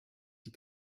die